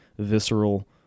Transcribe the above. visceral